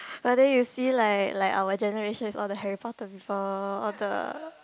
but then you see like like our generation is all the Harry-Potter's before all the